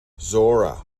zora